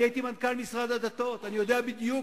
הייתי מנכ"ל משרד הדתות, אני יודע בדיוק,